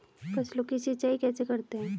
फसलों की सिंचाई कैसे करते हैं?